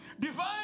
divine